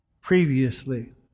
previously